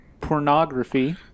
pornography